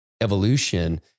evolution